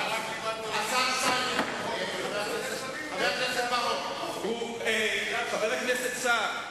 גם, חבר הכנסת סער,